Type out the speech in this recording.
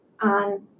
on